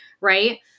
Right